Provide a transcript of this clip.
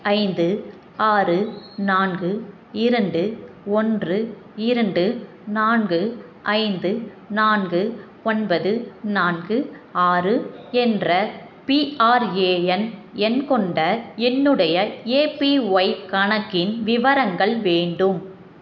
ஐந்து ஆறு நான்கு இரண்டு ஒன்று இரண்டு நான்கு ஐந்து நான்கு ஒன்பது நான்கு ஆறு என்ற பிஆர்ஏஎன் எண் கொண்ட என்னுடைய ஏபிஒய் கணக்கின் விவரங்கள் வேண்டும்